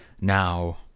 Now